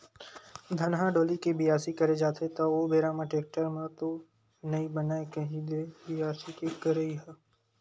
धनहा डोली के बियासी करे जाथे त ओ बेरा म टेक्टर म तो नइ बनय कही दे बियासी के करई ह?